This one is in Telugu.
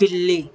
పిల్లి